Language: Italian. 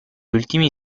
ultimi